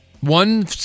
One